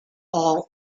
all